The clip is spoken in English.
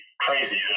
crazy